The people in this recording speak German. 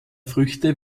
früchte